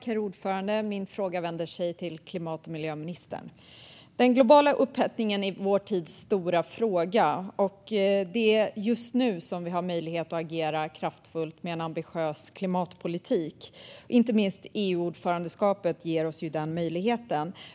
Herr talman! Min fråga är riktad till klimat och miljöministern. Den globala upphettningen är vår tids stora fråga, och det är just nu som vi har möjlighet att agera kraftfullt med en ambitiös klimatpolitik. Inte minst EU-ordförandeskapet ger oss den möjligheten.